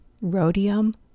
rhodium